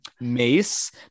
mace